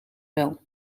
wel